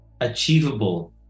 achievable